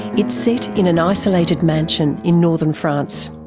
it's set in an isolated mansion in northern france.